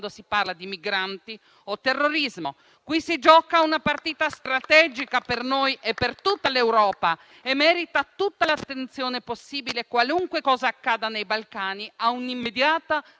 si parla di migranti o terrorismo. Qui si gioca una partita strategica per noi e per tutta l'Europa e merita tutta l'attenzione possibile: qualunque cosa accada nei Balcani ha un'immediata